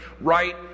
right